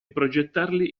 progettarli